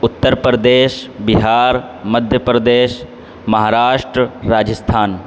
Uttar Pradesh Bihar Madhya Pradesh Maharashtra Rajasthan